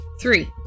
Three